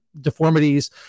deformities